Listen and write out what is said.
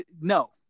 no